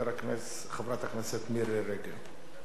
חברת הכנסת מירי רגב.